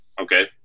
Okay